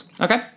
Okay